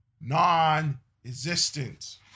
non-existent